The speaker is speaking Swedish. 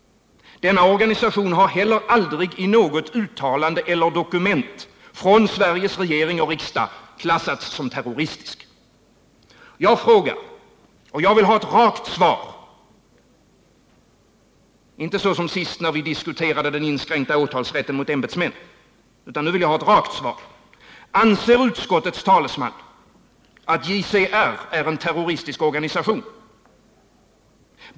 Denna organisation har heller aldrig i något uttalande eller dokument från Sveriges regering och riksdag klassats som terroristisk. Jag frågar — och jag vill ha ett rakt svar, inte så som senast när vi diskuterade den inskränkta åtalsrätten mot ämbetsmän: Anser utskottets talesman att JCR är en terroristisk organisation?